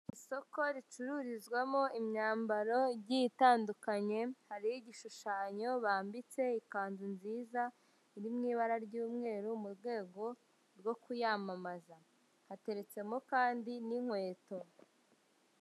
Isoko ricururizwamo imyambaro igiye itandukanye, hariho igishushanyo bambitse ikanzu nziza iri mu ibara ry'umweru, mu rwego rwo kuyamamaza. Hateretsemo kandi n'inkweto.